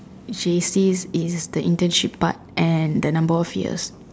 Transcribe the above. J_C is the internship part and the number of years